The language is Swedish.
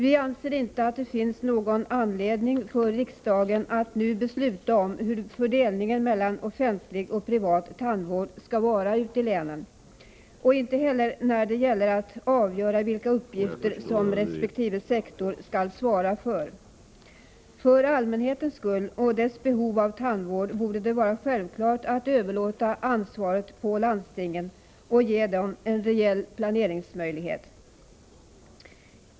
Vi anser inte att det finns någon anledning för riksdagen att nu besluta om hur fördelningen mellan offentlig och privat tandvård skall vara ute i länen och inte heller att avgöra vilka uppgifter som resp. sektor skall svara för. För allmänhetens skull och för dess behov av tandvård borde det vara självklart att överlåta ansvaret på landstingen och ge dem en reell planeringsmöjlighet.